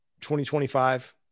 2025